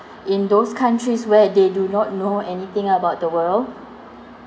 in those countries where they do not know anything about the world